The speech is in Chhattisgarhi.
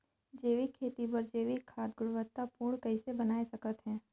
जैविक खेती बर जैविक खाद गुणवत्ता पूर्ण कइसे बनाय सकत हैं?